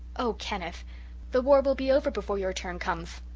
oh, kenneth the war will be over before your turn cometh.